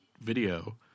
video